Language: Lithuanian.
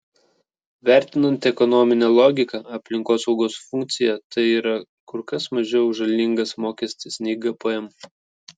vertinant ekonominę logiką aplinkosaugos funkciją tai yra kur kas mažiau žalingas mokestis nei gpm